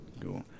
Cool